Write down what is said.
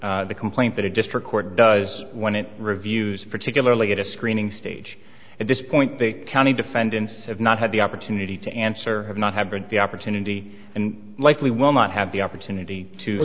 construing the complaint that a district court does when it reviews particularly at a screening stage at this point the county defendants have not had the opportunity to answer have not had the opportunity and likely will not have the opportunity to